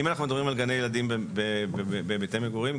אם אנחנו מדברים על גני ילדים בבתי מגורים,